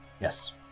Yes